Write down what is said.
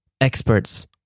experts